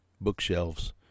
bookshelves